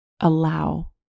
Allow